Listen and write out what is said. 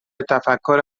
تفکر